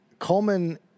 Coleman